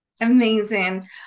Amazing